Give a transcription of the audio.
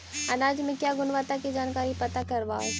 अनाज मे क्या गुणवत्ता के जानकारी पता करबाय?